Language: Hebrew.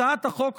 הצעת החוק,